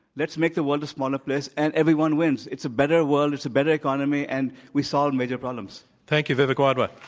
let's make the world a smaller place and everyone wins. it's a better world. it's a better economy. and we solve major problems. thank you. vivek wadhwa.